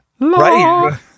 Right